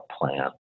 plan